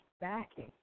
backing